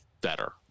better